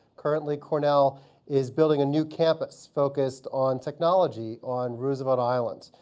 currently, cornell is building a new campus focused on technology on roosevelt island,